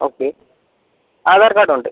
okay Aadhaar കാർഡുണ്ട്